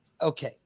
Okay